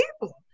people